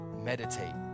meditate